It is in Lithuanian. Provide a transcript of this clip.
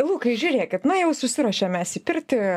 lukai žiūrėkit na jau susiruošėm mes į pirtį